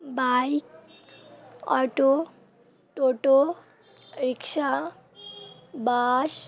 bike auto toto rickshaw bus